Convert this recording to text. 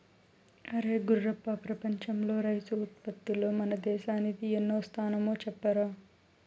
అరే గుర్రప్ప ప్రపంచంలో రైసు ఉత్పత్తిలో మన దేశానిది ఎన్నో స్థానమో చెప్పరా